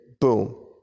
boom